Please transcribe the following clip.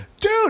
Dude